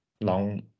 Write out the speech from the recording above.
long